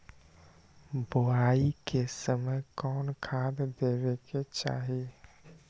बोआई के समय कौन खाद देवे के चाही?